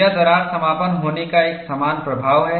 यह दरार समापन होने का एक समान प्रभाव है